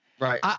Right